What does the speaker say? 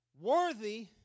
worthy